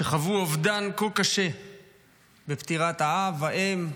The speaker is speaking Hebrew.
שחוו אובדן כה קשה בפטירת האב או האם,